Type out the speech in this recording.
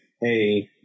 hey